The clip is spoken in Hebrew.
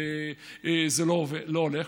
זה לא הולך.